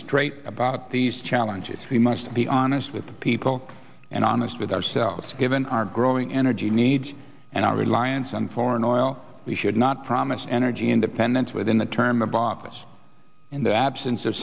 straight about these challenges we must be honest with the people and honest with ourselves given our growing energy needs and our reliance on foreign oil we should not promise energy independence within the term of office in the absence of